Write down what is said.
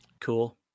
Cool